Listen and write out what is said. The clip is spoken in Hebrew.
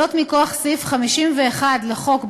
מכוח סעיף 51 לחוק בתי-המשפט,